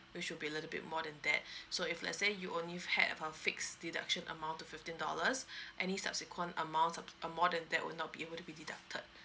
which should be a little bit more than that so if let's say you only had a fixed deduction amount to fifteen dollars any subsequent amounts of uh more than that will not be able to be deducted